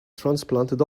transplanted